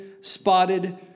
spotted